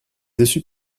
déçus